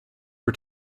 for